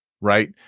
right